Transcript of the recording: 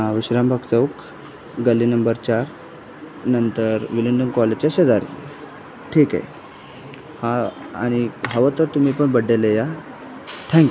विश्राम बाग चौक गल्ली नंबर चार नंतर विलिंदम कॉलेजच्या शेजारी ठीक आहे हां आणि हवं तर तुम्ही पन बड्डे ला या थँक्यू